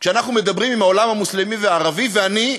כשאנחנו מדברים עם העולם המוסלמי והערבי, ואני,